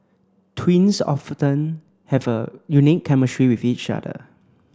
twins often have a unique chemistry with each other